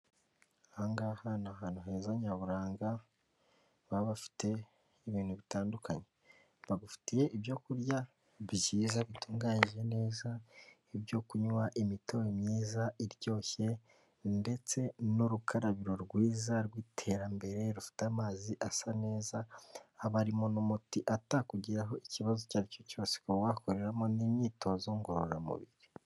Aha ngahatu ni ahantu heza nyaburanga baba bafite ibintu bitandukanye, bagufitiye ibyo kurya byiza bitunganyije neza ibyo kunywa imitobe myiza iryoshye, ndetse n'urukarabiro rwiza rw'iterambere rufite amazi asa neza, abari arimo n'umuti atakugiraho ikibazo icyo ari cyo cyose, ukaba wakoreramo n'imyitozo ngororamubiri.